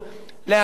להקפיא.